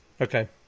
okay